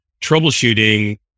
troubleshooting